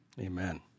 amen